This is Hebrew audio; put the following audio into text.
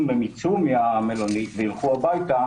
אם הם יצאו מהמלונית וילכו הביתה